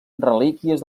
relíquies